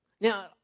Now